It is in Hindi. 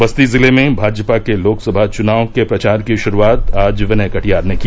बस्ती जिले में भाजपा के लोकसभा चुनाव के प्रचार की शुरुआत आज विनय कटियार ने किया